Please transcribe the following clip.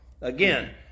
Again